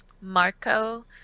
Marco